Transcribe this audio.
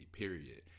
period